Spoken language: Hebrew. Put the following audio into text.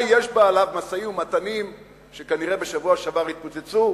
יש עליו משאים ומתנים שכנראה בשבוע שעבר התפוצצו